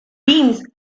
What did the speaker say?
beams